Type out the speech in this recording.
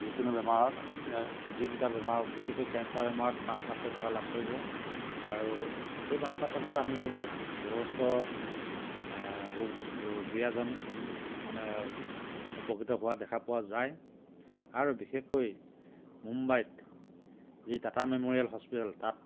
যিকোনো বেমাৰত যিকেইটা বেমাৰত বিশেষকৈ কেঞ্চাৰ বেমাৰত পাঁচ লাখকৈ টকা লাভ কৰিব আৰু সেই পাঁচ লাখ টকাটো আমি ভাবোঁ যথেষ্ট ৰোগজ ৰোগীয়াজন মানে উপকৃত হোৱা দেখা পোৱা যায় আৰু বিশেষকৈ মুম্বাইত যি টাটা মেমৰিয়েল হস্পিটেল তাত